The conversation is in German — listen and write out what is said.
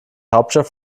hauptstadt